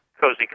cozy